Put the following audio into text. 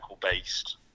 based